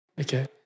Okay